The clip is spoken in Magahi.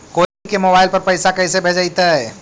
कोई के मोबाईल पर पैसा कैसे भेजइतै?